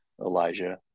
Elijah